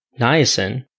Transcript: Niacin